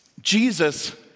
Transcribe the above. Jesus